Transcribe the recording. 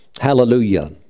Hallelujah